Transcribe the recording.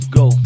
go